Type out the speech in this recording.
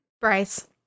Bryce